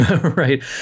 Right